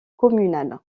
communal